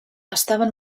estaven